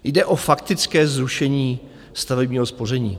Jde o faktické zrušení stavebního spoření.